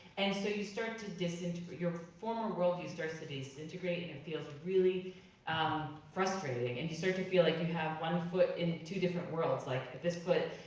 and so you start to disintegrate, your former worldview starts to disintegrate and it feels really um frustrating. and you start to feel like you have one foot in two different worlds. like but this foot,